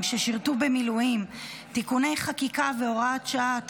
ששירתו מילואים (תיקוני חקיקה והוראת שעה),